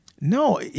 no